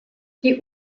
die